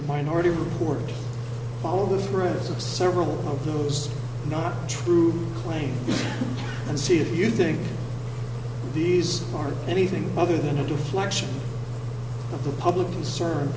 the minority report follow the rules of several of those not true plain and see if you think these are anything other than a deflection of the public concern